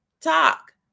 talk